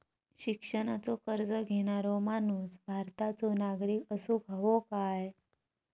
शिक्षणाचो कर्ज घेणारो माणूस भारताचो नागरिक असूक हवो काय?